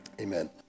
amen